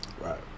Right